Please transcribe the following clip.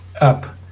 up